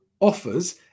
offers